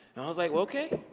and i was like, okay.